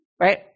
right